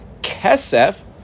kesef